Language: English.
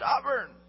stubborn